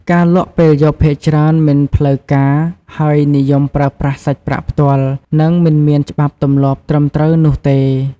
ការលក់ពេលយប់ភាគច្រើនមិនផ្លូវការ ហើយនិយមប្រើប្រាស់សាច់ប្រាក់ផ្ទាល់ និងមិនមានច្បាប់ទម្លាប់ត្រឹមត្រូវនោះទេ។